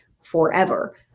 forever